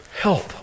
Help